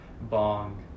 bong